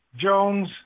Jones